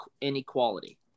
inequality